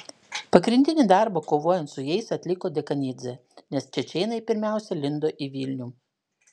pagrindinį darbą kovojant su jais atliko dekanidzė nes čečėnai pirmiausia lindo į vilnių